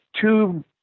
two